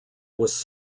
was